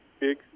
big